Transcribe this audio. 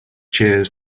cheers